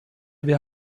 wir